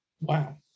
Wow